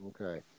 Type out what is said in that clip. okay